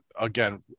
again